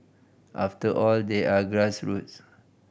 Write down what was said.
after all they are grassroots